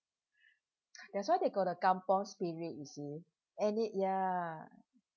that's why they got a kampung spirit you see and it ya